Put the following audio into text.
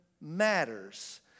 matters